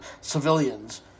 civilians